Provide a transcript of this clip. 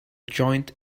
joint